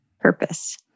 purpose